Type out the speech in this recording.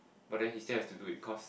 but then he still has to do it cause